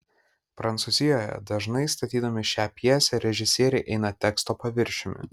prancūzijoje dažnai statydami šią pjesę režisieriai eina teksto paviršiumi